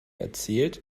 erzählt